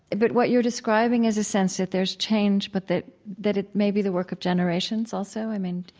but what you're describing is a sense that there's change, but that that it may be the work of generations also, i mean?